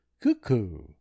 cuckoo